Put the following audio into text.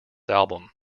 album